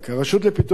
הרשות לפיתוח כלכלי,